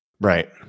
Right